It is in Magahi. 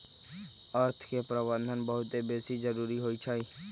अर्थ के प्रबंधन बहुते बेशी जरूरी होइ छइ